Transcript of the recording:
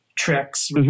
tricks